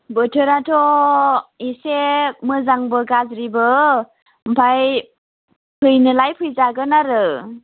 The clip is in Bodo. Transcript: बोथोराथ' एसे मोजांबो गाज्रिबो ओमफ्राय फैनोलाय फैजागोन आरो